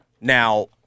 Now